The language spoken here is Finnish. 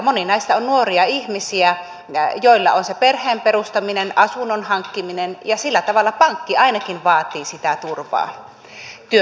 monet näistä ovat nuoria ihmisiä joilla on se perheen perustaminen asunnon hankkiminen ja pankki ainakin vaatii sitä turvaa työn jatkumiseen